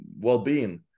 well-being